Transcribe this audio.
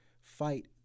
fight